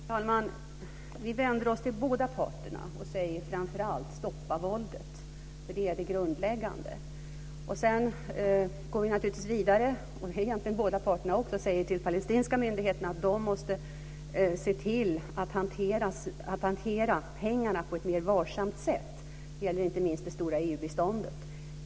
Fru talman! Vi vänder oss till båda parter och säger framför allt: Stoppa våldet! Det är det grundläggande. Sedan går vi naturligtvis vidare, och det gäller egentligen båda parterna också. Vi säger till de palestinska myndigheterna att de måste se till att hantera pengarna på ett mer varsamt sätt. Det gäller inte minst det stora EU-biståndet.